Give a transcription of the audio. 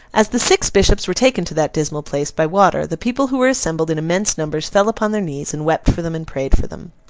as the six bishops were taken to that dismal place, by water, the people who were assembled in immense numbers fell upon their knees, and wept for them, and prayed for them.